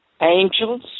angels